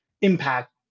impact